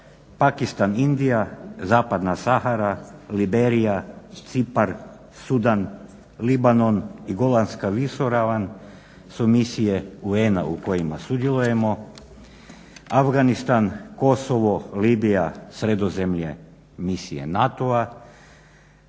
Pakistan, Indija, Zapadna Sahara, Liberija, Cipar, Sudan, Libanon i Golanska visoravan su misije UNA-a u kojima sudjelujemo, Afganistan, Kosovo, Libija, Sredozemlje misije NATO-a.